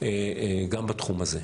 גם בתחום הזה.